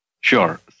Sure